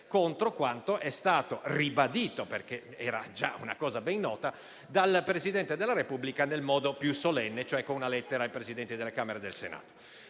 contro quanto è stato ribadito - perché era già cosa ben nota - dal Presidente della Repubblica nel modo più solenne, e cioè con una lettera ai Presidenti di Camera e Senato.